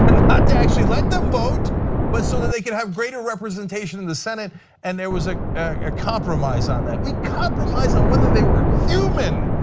and not actually let them vote but so that they can have greater representation in the senate and there was a ah compromise on that. we compromise on whether there were human.